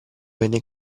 venne